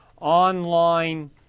online